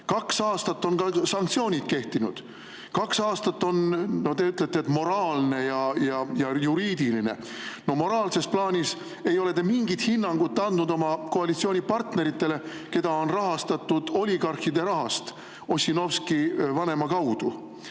Kaks aastat on ka sanktsioonid kehtinud. Te ütlete, et moraalne ja juriidiline – moraalses plaanis ei ole te mingit hinnangut andnud oma koalitsioonipartneritele, keda on rahastatud oligarhide rahast vanema Ossinovski kaudu.